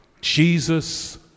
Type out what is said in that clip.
Jesus